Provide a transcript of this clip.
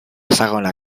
segona